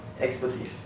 expertise